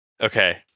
Okay